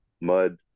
mud